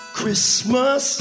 Christmas